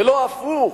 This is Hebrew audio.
ולא הפוך,